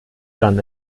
dran